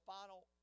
final